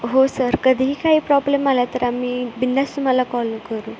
हो सर कधीही काही प्रॉब्लेम आला तर आम्ही बिनधास्त तुम्हाला कॉल करू